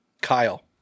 Kyle